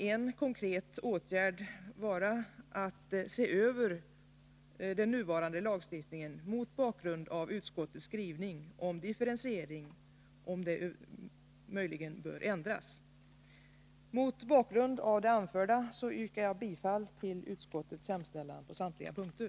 En konkret åtgärd kunde vara att undersöka huruvida nuvarande lagstiftning mot bakgrund av utskottets skrivning om differentiering bör ändras. Med det anförda yrkar jag bifall till utskottets hemställan på samtliga punkter.